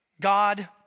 God